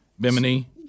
Bimini